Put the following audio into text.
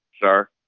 Sir